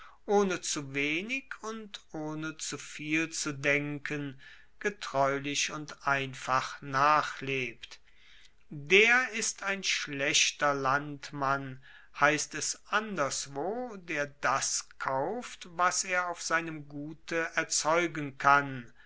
ohne zu wenig und ohne zu viel zu denken getreulich und einfach nachlebt der ist ein schlechter landmann heisst es anderswo der das kauft was er auf seinem gute erzeugen kann